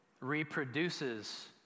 reproduces